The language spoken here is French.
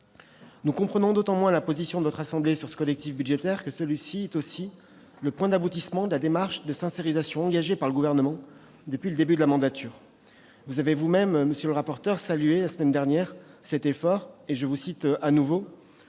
Nous comprenons d'autant moins la position de votre assemblée sur ce collectif budgétaire que celui-ci est aussi le point d'aboutissement de la démarche de sincérisation engagée par le Gouvernement depuis le début de la mandature. Vous avez vous-même salué cet effort la semaine dernière, monsieur le rapporteur général. Je vous cite de nouveau